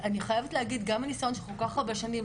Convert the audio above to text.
אני חייבת להגיד גם מניסיון של כל כך הרבה שנים,